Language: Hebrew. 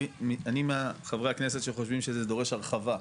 אני מחברי הכנסת שחושבים שזה דורש הרחבה,